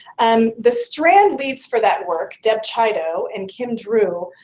um the strand leads for that work, deb chido and kim drew,